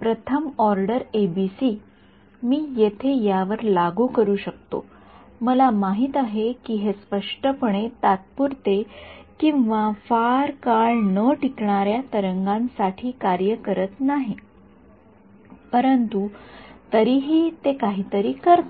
प्रथम order ABC मी येथे यावर लागू करू शकतो मला माहित आहे की हे स्पष्टपणे तात्पुरते किंवा फार काळ न टिकणारे तरंगां साठी कार्य करत नाही परंतु तरीही ते काहीतरी करते